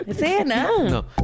No